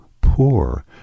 poor